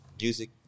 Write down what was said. music